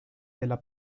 della